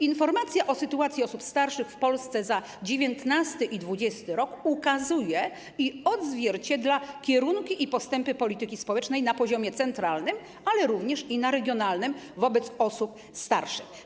Informacja o sytuacji osób starszych w Polsce za 2019 i 2020 r. ukazuje i odzwierciedla kierunki i postępy polityki społecznej na poziomie centralnym, ale również na regionalnym - wobec osób starszych.